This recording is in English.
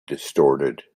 distorted